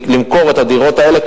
למכור את הדירות האלה,